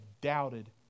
doubted